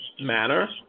manner